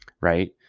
right